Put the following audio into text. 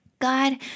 God